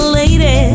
lady